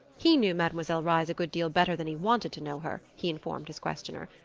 he knew mademoiselle reisz a good deal better than he wanted to know her, he informed his questioner.